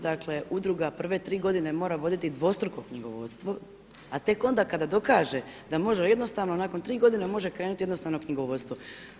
Dakle udruga prve tri godine mora voditi dvostruku knjigovodstvo a tek onda kada dokaže da može jednostavno, nakon 3 godine može krenuti jednostavno knjigovodstvo.